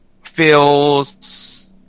feels